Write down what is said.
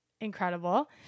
incredible